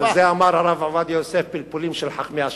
על זה אמר הרב עובדיה יוסף: פלפולים של חכמי אשכנז.